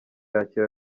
irakira